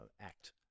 act